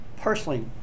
personally